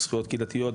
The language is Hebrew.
בזכויות קהילתיות,